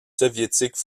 soviétiques